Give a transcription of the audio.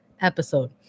episode